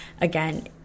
again